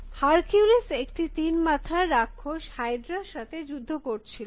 সুতরাং হারকিউলিস একটি তিন মাথার রাক্ষস হাইড্রা র সাথে যুদ্ধ করছিল